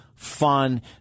fun